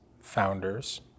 founders